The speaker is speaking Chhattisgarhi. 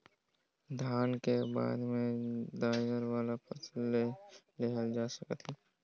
धान के बाद में दायर वाला फसल लेहल जा सकत हे